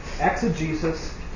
Exegesis